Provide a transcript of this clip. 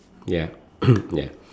ya ya